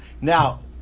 Now